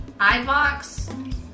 iBox